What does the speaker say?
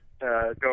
go